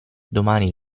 domani